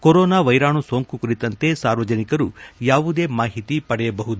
corona ವೈರಾಣು ಸೋಂಕು ಕುರಿತಂತೆ ಸಾರ್ವಜನಿಕರು ಯಾವುದೇ ಮಾಹಿತಿ ಪಡೆಯಬಹುದು